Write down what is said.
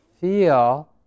feel